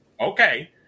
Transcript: Okay